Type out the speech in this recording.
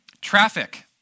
Traffic